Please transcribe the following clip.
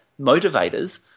motivators